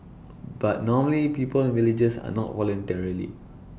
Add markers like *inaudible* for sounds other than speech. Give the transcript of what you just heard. but normally people in villages are not *unintelligible*